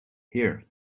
here